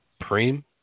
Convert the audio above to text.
Prem